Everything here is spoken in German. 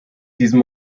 diesem